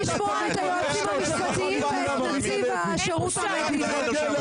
ציפיתי לשמוע את היועצים המשפטיים ואת נציב שירות המדינה.